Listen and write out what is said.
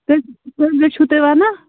تہٕ تہٕ مےٚ چھُو تُہۍ وَنان